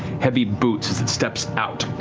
heavy boots as it steps out.